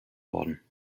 worden